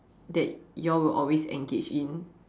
that you all will always engage in